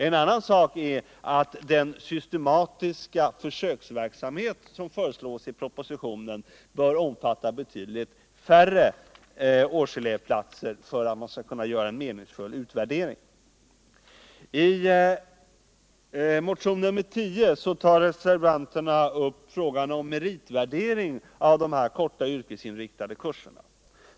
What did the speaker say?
En annan sak är att den systematiska försöksverksamhet som föreslås i propositionen bör omfatta betydligt färre årselevplatser för att man skall kunna göra en meningsfull utvärdering. I reservationen 10 tar reservanterna upp frågan om meritvärdet av dessa korta yrkesinriktade kurser.